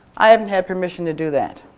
i haven't had permission to do that.